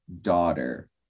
daughter